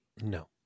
No